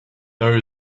there